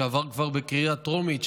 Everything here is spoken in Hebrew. שעבר כבר בקריאה טרומית,